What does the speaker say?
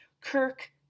kirk